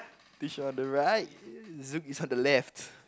on the right Zouk is on the left